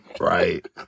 Right